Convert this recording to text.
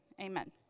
Amen